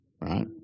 right